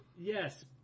Yes